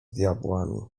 diabłami